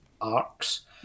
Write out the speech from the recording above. arcs